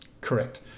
correct